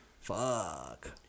Fuck